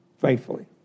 faithfully